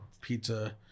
pizza